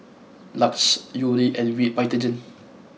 Lux Yuri and Vitagen